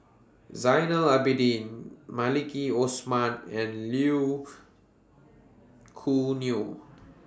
Zainal Abidin Maliki Osman and Choo Neo